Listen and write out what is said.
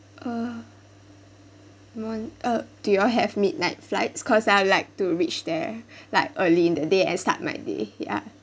uh mor~ uh do you all have midnight flights cause I'd like to reach there like early in the day and I start my day ya